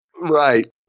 Right